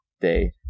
day